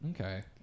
Okay